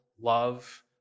love